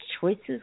choices